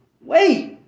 Wait